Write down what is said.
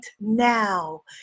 now